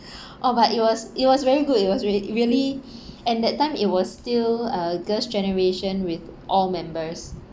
oh but it was it was very good it was really really and that time it was still uh girls generation with all members